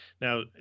Now